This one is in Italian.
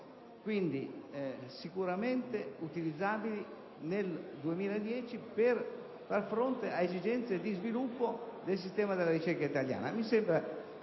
quindi sicuramente utilizzabili nel 2010 per far fronte alle esigenze di sviluppo del sistema della ricerca italiana.